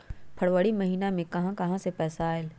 फरवरी महिना मे कहा कहा से पैसा आएल?